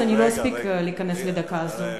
אני לא אספיק להיכנס לדקה הזאת.